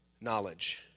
knowledge